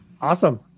Awesome